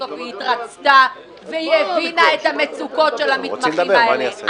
שסוף-סוף התרצתה והבינה את המצוקות של המתמחים האלה.